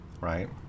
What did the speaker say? right